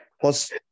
plus